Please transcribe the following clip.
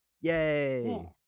Yay